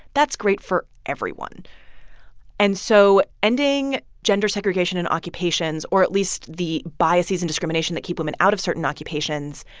that's great for everyone and so ending gender segregation in occupations, or at least the biases and discrimination that keep women out of certain occupations,